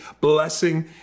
Blessing